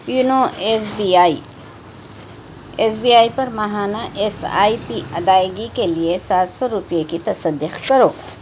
YONO S B I S B I پر ماہانہ S I P ادائیگی کے لیے سات سو روپئے کی تصدیق کرو